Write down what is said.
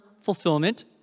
fulfillment